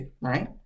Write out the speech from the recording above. right